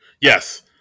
Yes